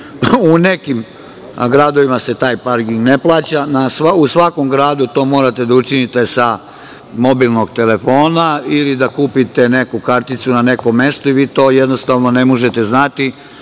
u nekim gradovima se taj parking ne plaća. U svakom gradu morate to da učinite sa mobilnog telefona ili da kupite neku karticu na nekom mestu i vi to jednostavno ne možete znati,